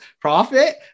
profit